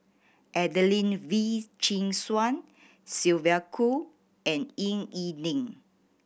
Adelene Wee Chin Suan Sylvia Kho and Ying E Ding